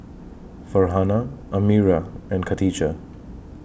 Farhanah Amirah and Katijah